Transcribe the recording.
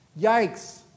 Yikes